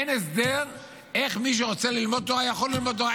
אין הסדר איך מי שרוצה ללמוד תורה יכול ללמוד תורה?